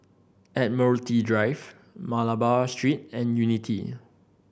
Admiralty Drive Malabar Street and Unity